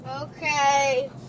Okay